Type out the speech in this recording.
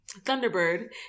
Thunderbird